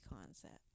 concept